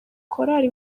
korali